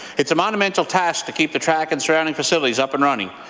it's a monumental task to keep the track and surrounding facilities up and running.